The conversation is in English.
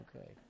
Okay